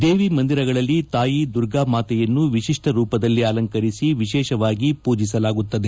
ದೇವಿ ಮಂದಿರಗಳಲ್ಲಿ ತಾಯಿ ದುರ್ಗಾಮಾತೆಯನ್ನು ವಿಶಿಷ್ಟರೂಪದಲ್ಲಿ ಅಲಂಕರಿಸಿ ವಿಶೇಷವಾಗಿ ಪೂಜಿಸಲಾಗುತ್ತದೆ